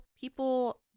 people